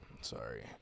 Sorry